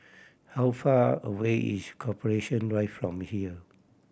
how far away is Corporation Drive from here